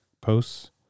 posts